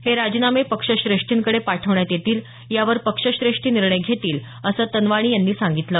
हे राजीनामे पक्षश्रेष्ठींकडे पाठवण्यात येतील यावर पक्षश्रेष्ठी निर्णय घेतील असं तनवाणी यांनी सांगितलं